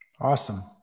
awesome